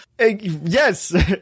Yes